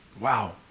Wow